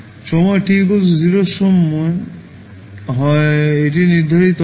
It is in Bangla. সময় t 0 এর সমান হয় এটি নির্ধারিত হবে